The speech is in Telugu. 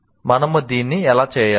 మనము దీన్ని ఎలా చేయాలి